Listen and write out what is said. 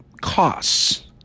costs